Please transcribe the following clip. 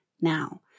now